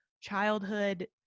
childhood